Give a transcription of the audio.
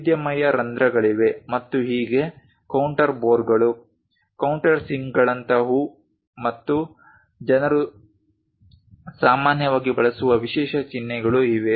ವೈವಿಧ್ಯಮಯ ರಂಧ್ರಗಳಿವೆ ಮತ್ತು ಹೀಗೆ ಕೌಂಟರ್ ಬೋರ್ಗಳು ಕೌಂಟರ್ಸಿಂಕ್ಗಳಂತಹವುಗಳು ಮತ್ತು ಜನರು ಸಾಮಾನ್ಯವಾಗಿ ಬಳಸುವ ವಿಶೇಷ ಚಿಹ್ನೆಗಳು ಇವೆ